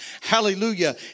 hallelujah